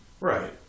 Right